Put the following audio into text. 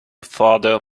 father